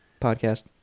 podcast